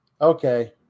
okay